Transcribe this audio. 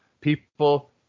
people